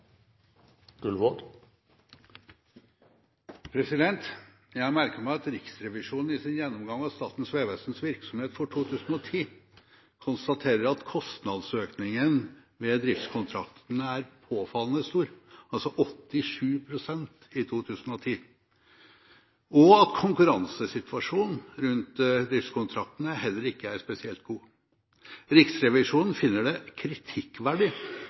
Jeg har merket meg at Riksrevisjonen i sin gjennomgang av Statens vegvesens virksomhet for 2010 konstaterer at kostnadsøkningen ved driftskontraktene er påfallende stor, altså 87 pst. i 2010, og at konkurransesituasjonen rundt driftskontraktene heller ikke er spesielt god. Riksrevisjonen finner det kritikkverdig